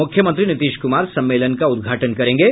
मुख्यमंत्री नीतीश कुमार सम्मेलन का उद्घाटन करेंगे